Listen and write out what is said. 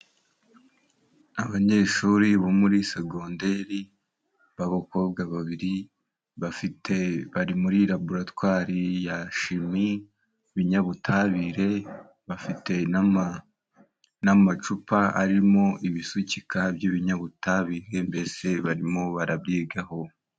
Abanyeshuri bo muri segonderi b'abakobwa babiri bafite bari muri laboratwari ya shimi ,ibinyabutabire ,bafite n'amacupa arimo ibisukika by'ibinyabutabire mbese barimo barabyigaho.